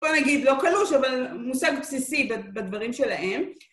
בוא נגיד, לא קלוש אבל מושג בסיסי בדברים שלהם